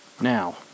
Now